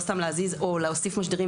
ולא סתם להזיז או להוסיף משדרים,